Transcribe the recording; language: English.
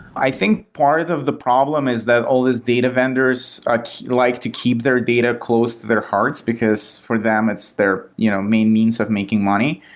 i think part of the problem is that all these data vendors like to keep their data close to their hearts, because for them it's their you know main means of making money,